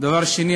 דבר שני,